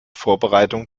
vorbereitung